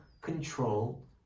control